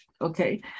Okay